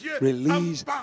release